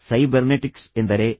ಆದ್ದರಿಂದ ಸೈಬರ್ನೆಟಿಕ್ಸ್ ಎಂದರೆ ಇದೇ